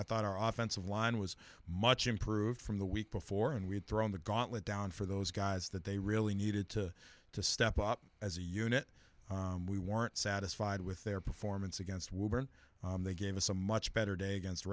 i thought our offensive line was much improved from the week before and we had thrown the gauntlet down for those guys that they really needed to to step up as a unit we weren't satisfied with their performance against wilburn they gave us a much better day against